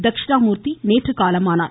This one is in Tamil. தட்சிணாமூர்த்தி நேற்று காலமானார்